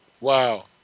Wow